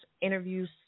interviews